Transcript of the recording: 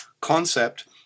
concept